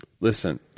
listen